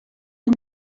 ein